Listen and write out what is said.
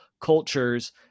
cultures